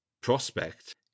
prospect